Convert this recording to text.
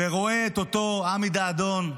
ורואה את אותו עמי דדאון,